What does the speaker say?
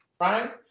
Right